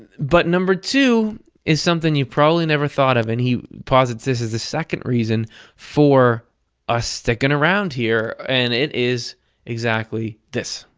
but number two is something you probably never thought of, and he posits this as the second reason for us sticking around here, and it is exactly this.